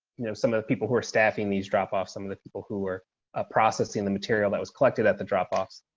you know some of the people who are staffing these drop off some of the people who were ah processing the material that was collected at the drop offs.